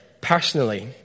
personally